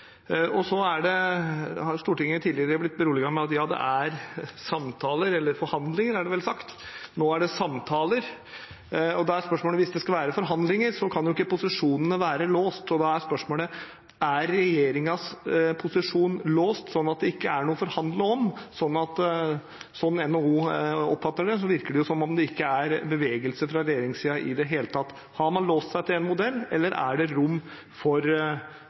har tidligere blitt beroliget med at ja, det er samtaler – eller «forhandlinger», er det vel sagt, nå er det «samtaler». Hvis det skal være forhandlinger, kan jo ikke posisjonene være låst, og da er spørsmålet: Er regjeringens posisjon låst, slik at det ikke er noe å forhandle om? Slik NHO oppfatter det, virker det som om det ikke er bevegelse fra regjeringssiden i det hele tatt. Har man låst seg til én modell, eller er det rom for